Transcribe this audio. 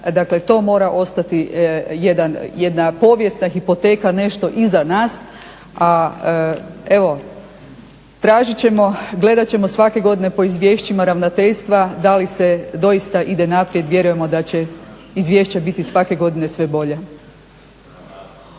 dakle to mora ostati jedna povijesna hipoteka, nešto iza nas, a tražit ćemo, gledat ćemo svake godine po izvješćima Ravnateljstva da li se doista ide naprijed. vjerujemo da će izvješće biti svake godine sve bolje.